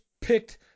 picked